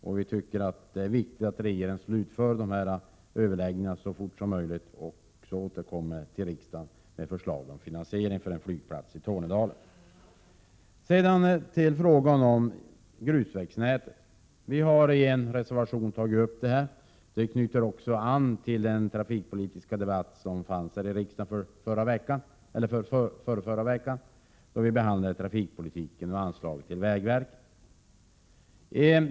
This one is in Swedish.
Vi tycker att det är viktigt att regeringen slutför dessa överläggningar och så fort som möjligt återkommer till riksdagen med förslag om finansiering av en flygplats i Tornedalen. Sedan till frågan om grusvägnätet. Vi har i en reservation tagit upp frågan, och den knyter an till den trafikpolitiska debatt vi hade i riksdagen förrförra veckan då vi behandlade trafikpolitiken och anslagen till vägverket.